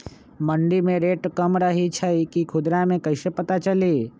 मंडी मे रेट कम रही छई कि खुदरा मे कैसे पता चली?